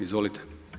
Izvolite.